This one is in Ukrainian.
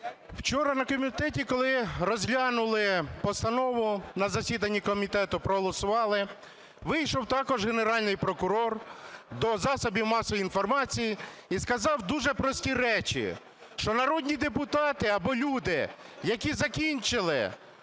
Вчора на комітеті, коли розглянули постанову на засіданні комітету, проголосували, вийшов також Генеральний прокурор до засобів масової інформації і сказав дуже прості речі, що народні депутати або люди, які закінчили